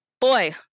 Boy